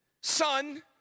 son